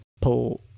Pull